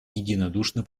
единодушно